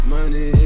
Money